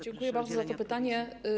Dziękuję bardzo za to pytanie.